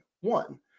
one